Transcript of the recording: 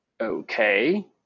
okay